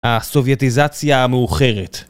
הסובייטיזציה המאוחרת